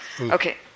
Okay